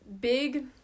big